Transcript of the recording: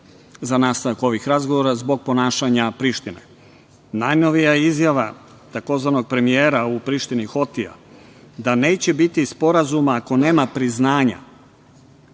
za nastavak ovih razgovora zbog ponašanja Prištine. Najnovija izjava takozvanog „premijera“ u Prištini, Hotija, da neće biti sporazuma ako nema priznanja